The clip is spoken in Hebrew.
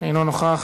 אינו נוכח,